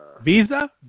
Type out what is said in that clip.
Visa